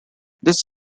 this